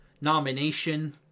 nomination